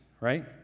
right